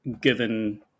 given